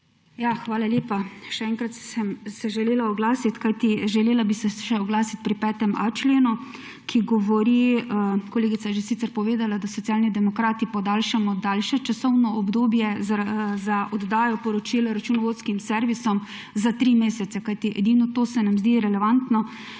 Hvala lepa. Še enkrat sem se želela oglasiti, kajti želela bi se oglasiti še pri 5.a členu, ki govori, kolegica je sicer že povedala, da Socialni demokrati podaljšujemo časovno obdobje za oddajo poročil računovodskim servisom za tri mesece, kajti edino to se nam zdi relevantno.